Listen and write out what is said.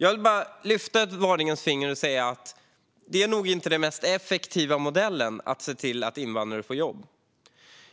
Jag vill bara lyfta ett varningens finger och säga att detta nog inte är den mest effektiva modellen för att se till att invandrare får jobb.